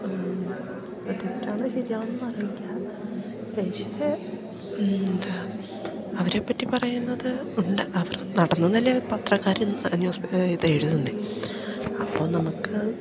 എത്രത്തോളം ശരിയാണെന്ന് അറിയില്ല പക്ഷെ എന്താണ് അവരെ പറ്റി പറയുന്നത് ഉണ്ട് അവർ നടന്നതല്ലേ പത്രക്കാരും ന്യൂസ് ഇത് എഴുതുന്നത് അപ്പം നമുക്ക്